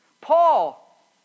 Paul